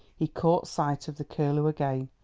he caught sight of the curlew again,